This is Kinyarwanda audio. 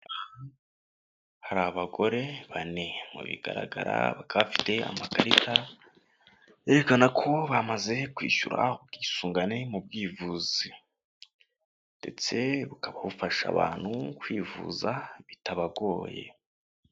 Hari abagore bane mu bigaragara bakaba bafite amakarita yerekana ko bamaze kwishyura ubwisungane mu bwivuzi ndetse bukafasha abantu kwivuza bitabagoye.